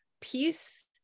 peace